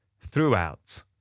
throughout